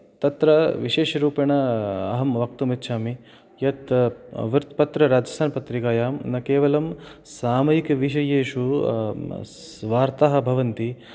तत्र विशेषरूपेण अहं वक्तुमिच्छामि यत् वृत्तपत्र राजस्थानपत्रिकायां न केवलं सामयिकविषयेषु स् वार्ताः भवन्ति